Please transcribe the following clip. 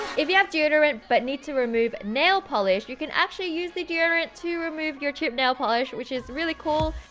if you have deodorant, but need to remove nail polish, you can actually use the deodorant to remove your chipped nail polish, which is really cool!